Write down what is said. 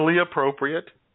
appropriate